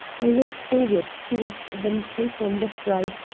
i went forward to watch them take on the freight,